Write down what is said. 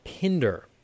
Pinder